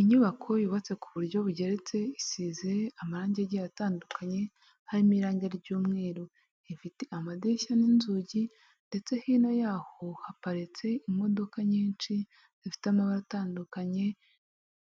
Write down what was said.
Inyubako yubatse ku buryo bugeretse isize amarangi agiye atandukanye harimo irangi ry'umweru ifite amadirishya n'inzugi ndetse hino ya'ho haparitse imodoka nyinshi zifite amabara atandukanye